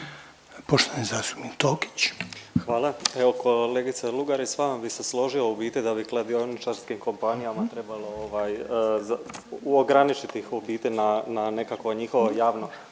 **Tokić, Frane (DP)** Hvala. Kolegice Lugarić s vama bih se složio u biti da bi kladioničarskim kompanijama trebalo ograničiti ih u biti na nekakvo njihovo javno